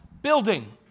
building